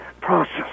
process